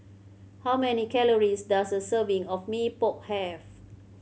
how many calories does a serving of Mee Pok have